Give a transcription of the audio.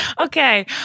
Okay